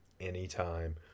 anytime